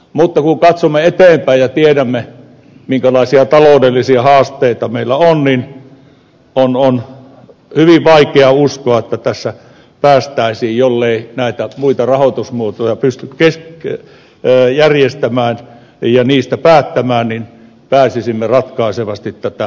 mutta kun katsomme eteenpäin ja tiedämme minkälaisia taloudellisia haasteita meillä on on hyvin vaikea uskoa että tässä päästäisiin parempaan jollei näitä muita rahoitusmuotoja pystytä järjestämään ja niistä päättämään ratkaisevasti tätä väyläverkkoa kunnostamaan